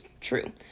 true